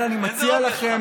לכן אני מציע לך,